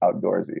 outdoorsy